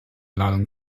ladung